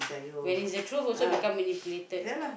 when it's the truth also become manipulated